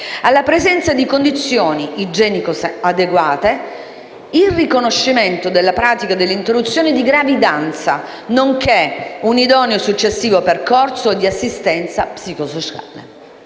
alla presenza di condizioni igienico-sanitarie adeguate, il riconoscimento della pratica dell'interruzione di gravidanza, nonché un idoneo successivo percorso di assistenza psicosociale.